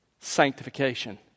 Sanctification